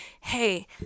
hey